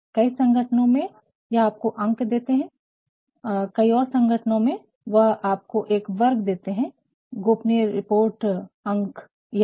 कई संगठनों में वह आपको अंक देते हैं कई और संगठनों में वह आपको एक वर्ग देते हैं गोपनीय रिपोर्ट अंक यह यह